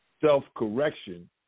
self-correction